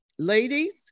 Ladies